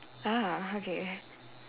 ah okay